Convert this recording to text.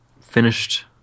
finished